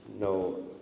no